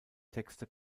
texte